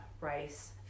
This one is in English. rice